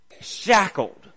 shackled